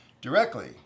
directly